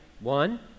One